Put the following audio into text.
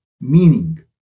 meaning